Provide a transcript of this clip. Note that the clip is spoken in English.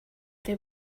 they